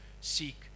seek